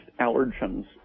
allergens